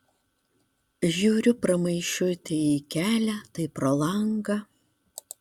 žiūriu pramaišiui tai į kelią tai pro langą